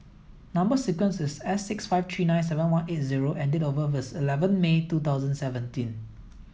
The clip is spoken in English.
number sequence is S six five three nine seven one eight zero and date of birth is eleven May two thousand seventeen